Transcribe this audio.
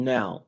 Now